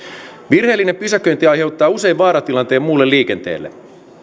virheellinen pysäköinti aiheuttaa usein vaaratilanteen muulle liikenteelle